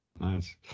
Nice